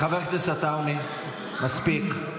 חבר הכנסת עטאונה, מספיק.